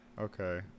Okay